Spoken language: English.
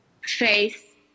faith